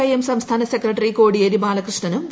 IM സംസ്ഥാന secretary Kodiyeri ബാലകൃഷ്ണനും V